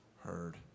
heard